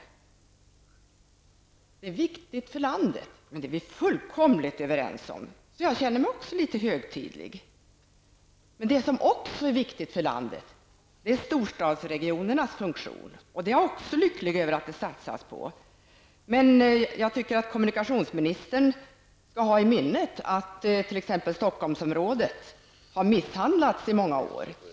Det är viktigt för landet, och det är vi helt överens om. Jag känner mig också litet högtidlig. Även storstadsregionernas funktion är viktig för landet. Jag är också lycklig över att det satsas på detta. Jag tycker dock att kommunikationsministern skall ha i minnet att t.ex. Stockholmsområdet har misshandlats i många år.